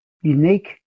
unique